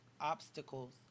obstacles